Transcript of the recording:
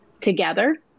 together